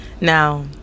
Now